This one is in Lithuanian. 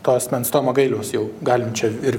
to asmens tomo gailiaus jau galim čia ir